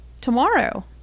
tomorrow